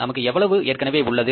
நமக்கு எவ்வளவு ஏற்கனவே உள்ளது